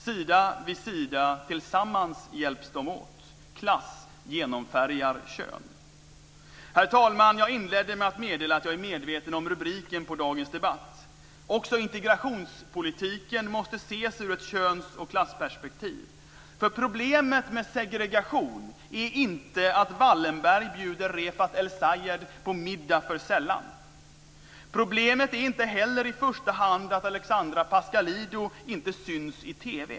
Sida vid sida, tillsammans hjälps de åt. Klass genomfärgar kön. Herr talman! Jag inledde med att meddela att jag är medveten om rubriken på dagens debatt. Också integrationspolitiken måste ses ur ett köns och klassperspektiv. För problemet med segregation är inte att Wallenberg bjuder Refaat El-Sayed på middag för sällan. Problemet är inte heller i första hand att Alexandra Pascalidou inte syns i TV.